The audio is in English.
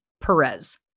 Perez